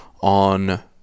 on